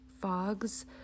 fogs